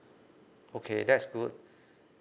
okay that is good